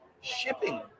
shipping